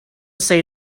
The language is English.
say